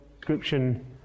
description